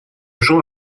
jean